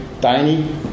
tiny